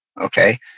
Okay